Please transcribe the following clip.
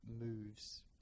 moves